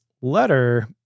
letter